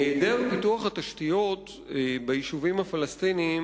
העדר פיתוח התשתיות ביישובים הפלסטיניים